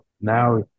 now